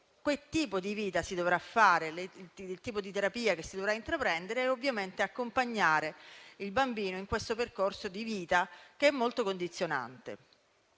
il tipo di vita che si dovrà fare e la terapia che si dovrà intraprendere e di accompagnare il bambino in questo percorso di vita, che è molto condizionante